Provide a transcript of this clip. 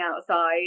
outside